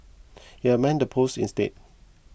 he amended the post instead